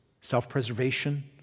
self-preservation